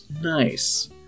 Nice